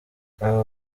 abo